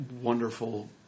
wonderful